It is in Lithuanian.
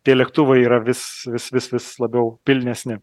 tie lėktuvai yra vis vis vis vis labiau pilnesni